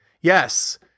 Yes